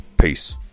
Peace